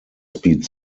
speed